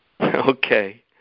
Okay